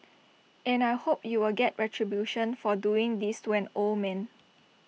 and I hope U will get retribution for doing this to an old man